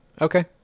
Okay